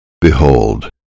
Behold